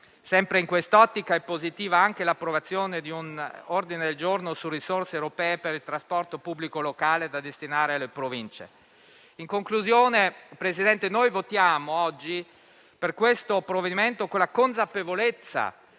Sempre in quest'ottica è positiva anche l'approvazione di un ordine del giorno su risorse europee per il trasporto pubblico locale da destinare alle Province. In conclusione, Presidente, oggi votiamo a favore di questo provvedimento con la consapevolezza